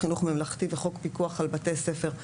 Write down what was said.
השניים הראשונים הם חוק חינוך ממלכתי וחוק פיקוח על בתי הספר,